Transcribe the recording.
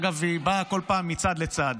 אגב, היא באה כל פעם מצד לצד.